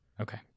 Okay